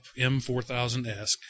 M4000S